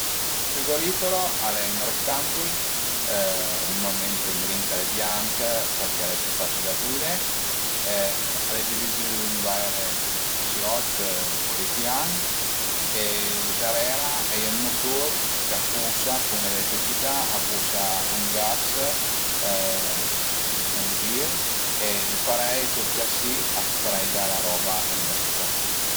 Ël frigorifero al e ün rettangul, nurmalment ëndrinta al e bianch përché al e pi facil da pulidé, al e dividü ën vaire casiot o ripian e darera a ie ün mutur ch'a pusa cun l'eletricità, a pusa ën gas ën gir e parei cus gas si a sfreida la roba ëndrinta